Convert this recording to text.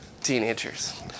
Teenagers